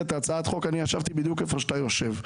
את הצעת החוק ישבתי בדיוק איפה שאתה יושב.